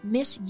Miss